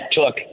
took